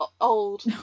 old